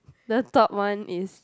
the top one is